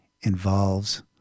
involves